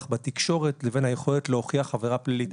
בתקשורת לבין היכולת להוכיח עבירה פלילית.